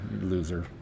loser